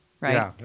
right